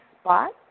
spot